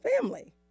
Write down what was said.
family